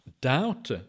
Doubt